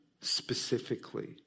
specifically